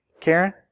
Karen